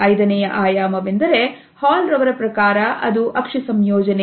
ಐದನೆಯ ಆಯಾಮವೆಂದರೆ ಹಾಲ್ ರವರ ಪ್ರಕಾರ ಅದು ಅಕ್ಷಿ ಸಂಯೋಜನೆ